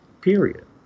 Period